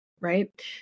right